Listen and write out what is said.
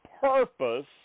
purpose